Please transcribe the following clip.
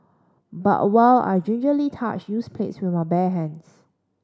but while I gingerly touched used plates with my bare hands